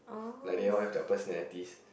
like they all have their personalities